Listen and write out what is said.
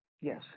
yes